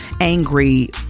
angry